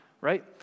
right